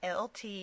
LT